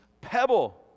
pebble